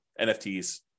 NFTs